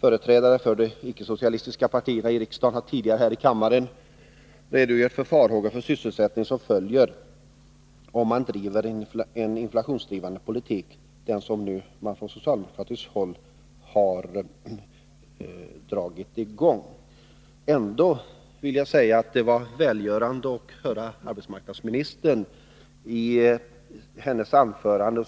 Företrädare för de icke-socialistiska partierna i riksdagen har tidigare här i kammaren närmare redogjort för de farhågor för sysselsättningen som följer om man driver en så inflationsdrivande politik som från socialdemokratiskt håll nu dragits i gång. Ändå vill jag säga att det var välgörande att höra att arbetsmarknadsministern i sitt anförande